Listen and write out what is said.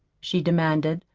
she demanded,